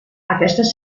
aquestes